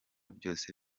byose